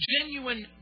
Genuine